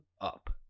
up